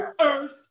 earth